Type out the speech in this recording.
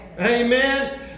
Amen